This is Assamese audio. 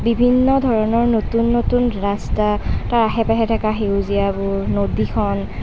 বিভিন্ন ধৰণৰ নতুন নতুন ৰাস্তা তাৰ আশে পাশে থকা সেউজীয়াবোৰ নদীখন